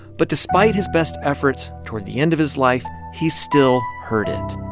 but despite his best efforts, toward the end of his life, he still heard it.